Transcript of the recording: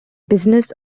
business